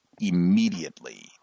immediately